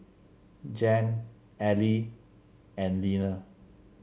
Jan Ally and Leaner